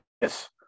Yes